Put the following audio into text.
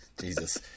Jesus